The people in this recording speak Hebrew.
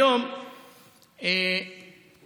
היום